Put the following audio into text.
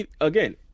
Again